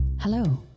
Hello